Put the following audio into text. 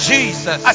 Jesus